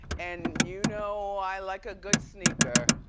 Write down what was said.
and you know i like a good sneaker.